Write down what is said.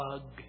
bug